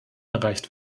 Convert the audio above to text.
erreicht